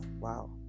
Wow